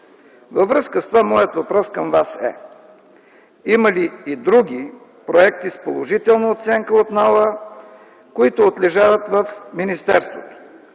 Във връзка с това моят въпрос към Вас е има ли и други проекти с положителна оценка от НАОА, които отлежават в министерството?